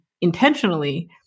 intentionally